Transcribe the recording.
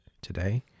today